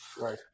right